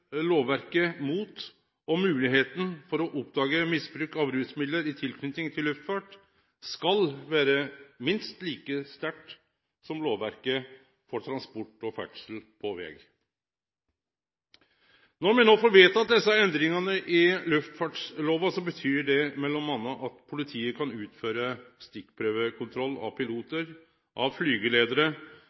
lovverket mot – og moglegheita for å oppdage – bruk av rusmiddel i tilknyting til luftfart skal vere minst like strengt som lovverket for transport og ferdsel på veg. Når me no får vedteke desse endringane i luftfartslova, betyr det m.a. at politiet kan utføre stikkprøvekontroll av pilotar, av